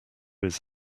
his